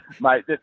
Mate